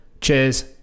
Cheers